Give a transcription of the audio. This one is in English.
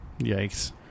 Yikes